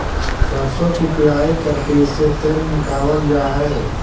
सरसों की पिड़ाई करके इससे तेल निकावाल जा हई